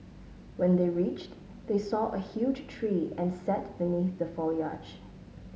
when they reached they saw a huge tree and sat beneath the foliage